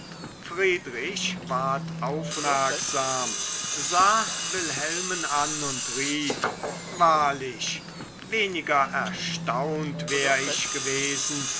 friedrich ward aufmerksam sah wilhelmen an und rief wahrlich weniger erstaunt wär ich gewesen